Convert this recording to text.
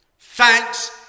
Thanks